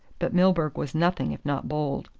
but milburgh was nothing if not bold.